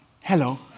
Hello